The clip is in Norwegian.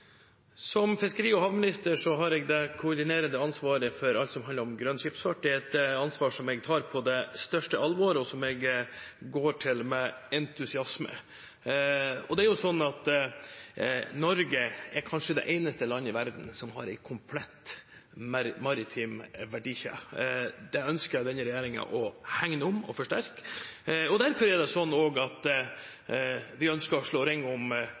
Som fiskeri- og havminister har jeg det koordinerende ansvaret for alt som handler om grønn skipsfart. Det er et ansvar jeg tar på det største alvor, og som jeg går til med entusiasme. Norge er kanskje det eneste landet i verden som har en komplett maritim verdikjede. Det ønsker denne regjeringen å hegne om og forsterke. Derfor ønsker vi også å slå ring om norske lønns- og arbeidsvilkår, sikre at